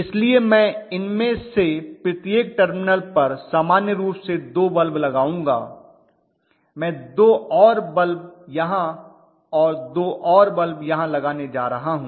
इसलिए मैं इनमें से प्रत्येक टर्मिनल पर सामान्य रूप से 2 बल्ब लगाऊंगा मैं 2 और बल्ब यहां और 2 और बल्ब यहां लगाने जा रहा हूं